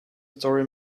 story